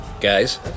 guys